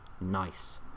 nice